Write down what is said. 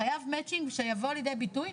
חייב מצ'ינג שיבוא לידי ביטוי,